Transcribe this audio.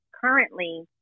currently